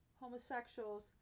homosexuals